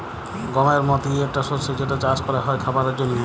গমের মতি একটা শস্য যেটা চাস ক্যরা হ্যয় খাবারের জন্হে